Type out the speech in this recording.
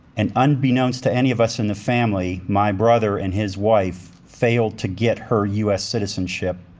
and unbeknownst to any of us in the family, my brother and his wife failed to get her u s. citizenship